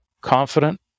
confident